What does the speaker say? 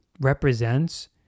represents